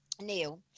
Neil